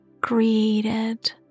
created